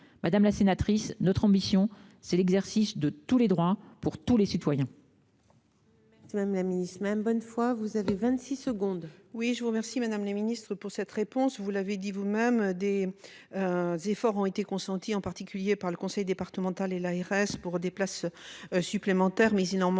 Madame la sénatrice, notre ambition est l'exercice de tous les droits pour tous les citoyens.